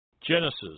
Genesis